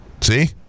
See